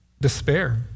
despair